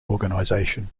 organization